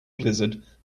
blizzard